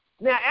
Now